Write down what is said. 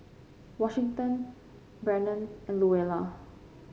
Washington Brennon and Luella